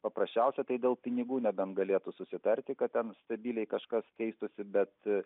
paprasčiausia tai dėl pinigų nebent galėtų susitarti kad ten stabiliai kažkas keistųsi bet